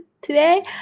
today